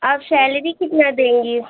आप शैलरी कितना देंगी